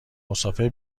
مسافر